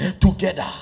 together